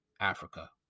Africa